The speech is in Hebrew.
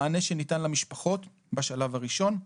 מענה שניתן למשפחות בשלב הראשון.